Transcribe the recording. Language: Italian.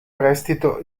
prestito